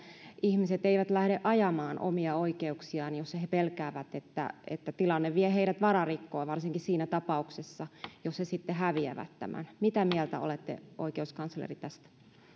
ihmiset eivät lähde ajamaan omia oikeuksiaan jos he he pelkäävät että että tilanne vie heidät vararikkoon varsinkin siinä tapauksessa jos he sitten häviävät tämän mitä mieltä olette oikeuskansleri tästä